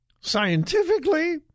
scientifically